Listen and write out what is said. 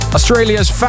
Australia's